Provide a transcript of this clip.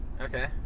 Okay